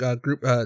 group